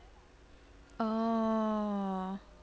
oh